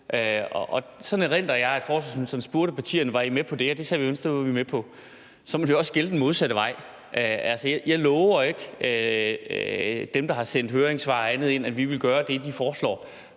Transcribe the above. sådan erindrer jeg, at forsvarsministeren spurgte partierne: Var I med på det? Og så sagde vi, at det var vi med på. Så må det jo også gælde den modsatte vej. Jeg lover ikke dem, der har sendt høringssvar og andet ind, at vi vil gøre det, de foreslår.